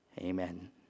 amen